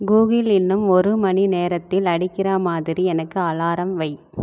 Google இன்னும் ஒரு மணி நேரத்தில் அடிக்கிற மாதிரி எனக்கு அலாரம் வை